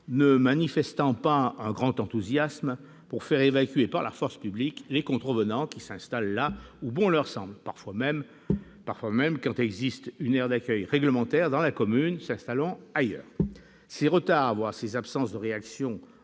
ne manifestant pas un grand enthousiasme pour faire évacuer par la force publique les contrevenants qui s'installent là où bon leur semble, parfois même quand existe une aire d'accueil réglementaire sur le territoire de la commune. Ces retards, voire ces absences de réaction